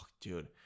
dude